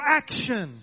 action